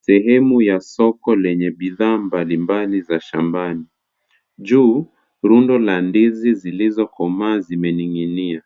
Sehemu ya soko lenye bidhaa mbalimbali za shambani. Juu, rundo la ndizi zilizokomaa zimening'inia.